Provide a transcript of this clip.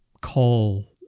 call